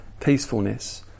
peacefulness